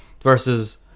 versus